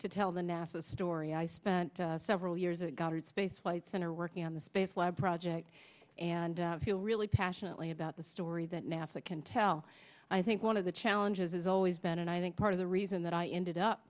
to tell the nasa story i spent several years and goddard space flight center working on the space lab project and feel really passionately about the story that nasa can tell i think one of the challenges has always been and i think part of the reason that i ended up